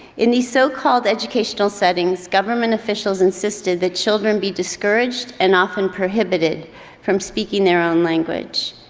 in these so-called educational settings, government officials insisted that children be discouraged and often prohibited from speaking their own language.